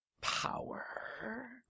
power